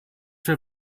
wir